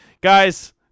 guys